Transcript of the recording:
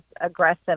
aggressive